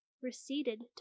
receded